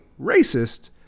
racist